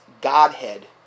Godhead